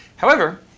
however,